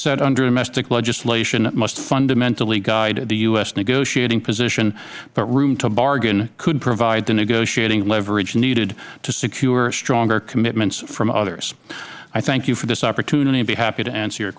set under domestic legislation must fundamentally guide the u s negotiating position but room to bargain could provide the negotiating leverage needed to secure stronger commitments from others i thank you for this opportunity and would be happy to answer your